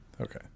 Okay